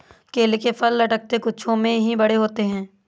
केले के फल लटकते गुच्छों में ही बड़े होते है